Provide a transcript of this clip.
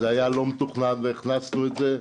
זה לא היה מתוכנן והכנסנו את זה.